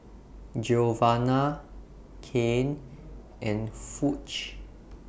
Giovanna Cain and Foch